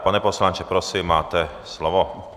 Pane poslanče, prosím, máte slovo.